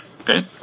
Okay